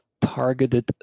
targeted